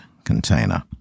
container